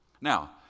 Now